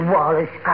Wallace